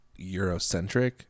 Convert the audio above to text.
Eurocentric